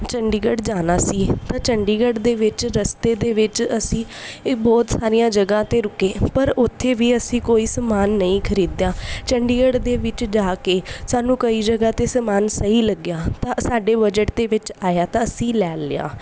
ਚੰਡੀਗੜ੍ਹ ਜਾਣਾ ਸੀ ਤਾਂ ਚੰਡੀਗੜ੍ਹ ਦੇ ਵਿੱਚ ਰਸਤੇ ਦੇ ਵਿੱਚ ਅਸੀਂ ਇਹ ਬਹੁਤ ਸਾਰੀਆਂ ਜਗ੍ਹਾ 'ਤੇ ਰੁਕੇ ਪਰ ਉੱਥੇ ਵੀ ਅਸੀਂ ਕੋਈ ਸਮਾਨ ਨਹੀਂ ਖਰੀਦਿਆ ਚੰਡੀਗੜ੍ਹ ਦੇ ਵਿੱਚ ਜਾ ਕੇ ਸਾਨੂੰ ਕਈ ਜਗ੍ਹਾ 'ਤੇ ਸਮਾਨ ਸਹੀ ਲੱਗਿਆ ਤਾਂ ਸਾਡੇ ਬਜਟ ਦੇ ਵਿੱਚ ਆਇਆ ਤਾਂ ਅਸੀਂ ਲੈ ਲਿਆ